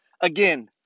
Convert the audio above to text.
Again